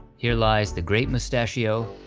here lies the great mustachio,